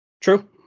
True